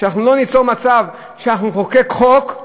כדי שאנחנו לא ניצור מצב שאנחנו נחוקק חוק,